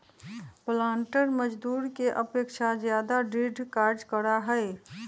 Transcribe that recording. पालंटर मजदूर के अपेक्षा ज्यादा दृढ़ कार्य करा हई